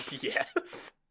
yes